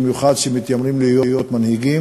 במיוחד אנשים שמתיימרים להיות מנהיגים.